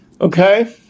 Okay